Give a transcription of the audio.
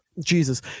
Jesus